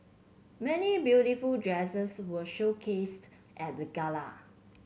many beautiful dresses were showcased at the gala